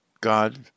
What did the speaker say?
God